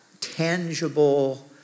tangible